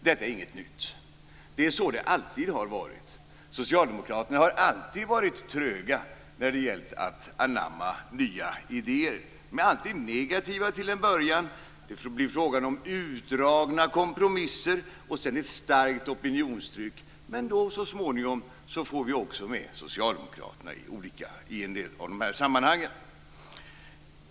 Detta är inget nytt. Det är så det alltid har varit. Socialdemokraterna har alltid varit tröga när det har gällt att anamma nya idéer. De är alltid negativa till en början. Det blir fråga om utdragna kompromisser och sedan ett starkt opinionstryck. Men då får vi så småningom också med oss socialdemokraterna i en del av de här sammanhangen.